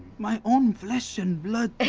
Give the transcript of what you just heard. my own flesh and blood